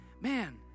man